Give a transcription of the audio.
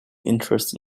interest